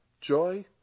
joy